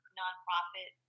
nonprofit